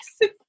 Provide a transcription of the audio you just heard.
yes